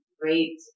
great